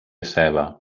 ceba